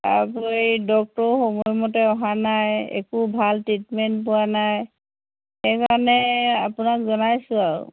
তাৰোপৰি ডক্তৰ সময়মতে অহা নাই একো ভাল ট্ৰিটমেণ্ট পোৱা নাই সেইকাৰণে আপোনাক জনাইছোঁ আৰু